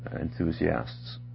enthusiasts